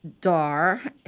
Dar